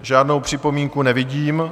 Žádnou připomínku nevidím.